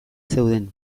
zeuden